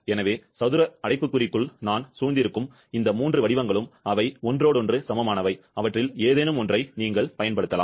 எனவே சதுர அடைப்புக்குறிக்குள் நான் சூழ்ந்திருக்கும் இந்த மூன்று வடிவங்களும் அவை ஒருவருக்கொருவர் சமமானவை அவற்றில் ஏதேனும் ஒன்றை நீங்கள் பயன்படுத்தலாம்